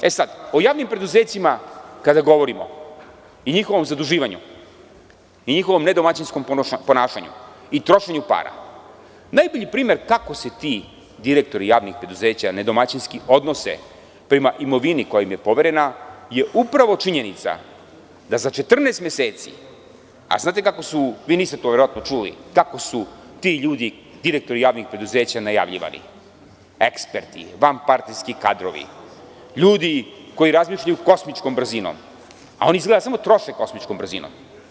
Kada govorimo o javnim preduzećima i njihovom zaduživanju i njihovom nedomaćinskom ponašanju i trošenju para, najbolji primer kako se ti direktori javnih preduzeća nedomaćinski odnose prema imovini koja im je poverena je upravo činjenica da za 14 meseci, vi to verovatno niste čuli, kako su ti ljudi, direktori javnih preduzeća najavljivani, kao eksperti, vanpartijski kadrovi, ljudi koji razmišljaju kosmičkom brzinom, a oni izgleda samo troše kosmičkom brzinom.